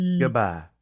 Goodbye